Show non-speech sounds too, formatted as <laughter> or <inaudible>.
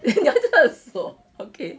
<laughs> 你要厕所 okay